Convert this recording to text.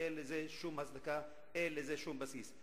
אין לזה שום הצדקה, אין לזה שום בסיס.